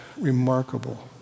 remarkable